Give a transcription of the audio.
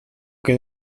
que